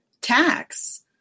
tax